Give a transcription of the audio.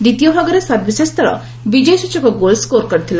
ଦ୍ୱିତୀୟ ଭାଗରେ ସର୍ଭିସେସ୍ ଦଳ ବିଜୟ ସୂଚକ ଗୋଲସ୍କୋର କରିଥିଲେ